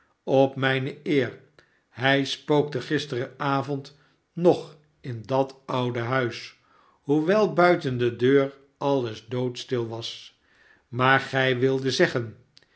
op mijne eer hij spookte gisterenavond nog in dat oude huis hoewel buiten de deur alles doodstil was maar gij wildet zeggen